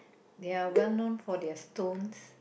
they are well known for their stones